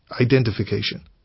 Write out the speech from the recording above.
identification